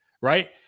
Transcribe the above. Right